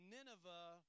Nineveh